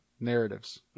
narratives